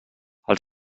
els